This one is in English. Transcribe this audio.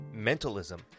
mentalism